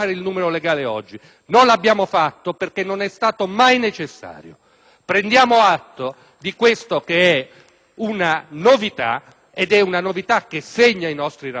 Prendiamo atto di questa novità, una novità che segna i nostri rapporti. Il senatore Belisario potrà stare